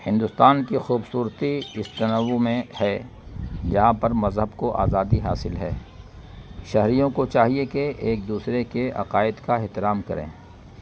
ہندوستان کی خوبصورتی اس تنوع میں ہے جہاں پر مذہب کو آزادی حاصل ہے شہریوں کو چاہیے کہ ایک دوسرے کے عقائد کا احترام کریں